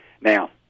Now